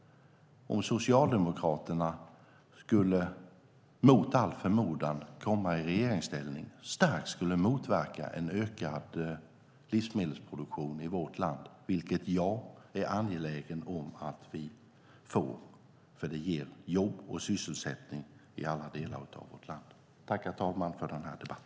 Om Socialdemokraterna mot all förmodan skulle komma i regeringsställning skulle denna ökade kostnad starkt motverka en ökad livsmedelsproduktion i vårt land - vilket jag är angelägen om att vi får, för det ger jobb och sysselsättning i alla delar av vårt land. Tack, herr talman, för denna debatt!